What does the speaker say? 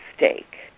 mistake